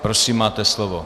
Prosím, máte slovo.